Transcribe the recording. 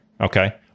Okay